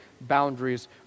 boundaries